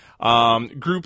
Group